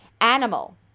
Animal